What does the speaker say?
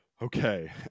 Okay